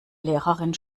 lehrerin